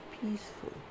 peaceful